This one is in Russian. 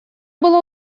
было